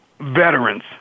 veterans